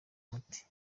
umuti